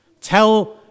Tell